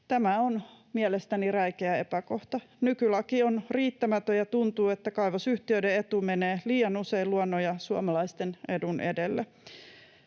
Tämä on mielestäni räikeä epäkohta. Nykylaki on riittämätön, ja tuntuu, että kaivosyhtiöiden etu menee liian usein luonnon ja suomalaisten edun edelle